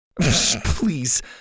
Please